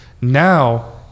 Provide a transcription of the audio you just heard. Now